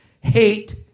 hate